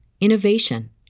innovation